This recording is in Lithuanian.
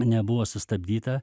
nebuvo sustabdyta